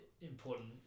important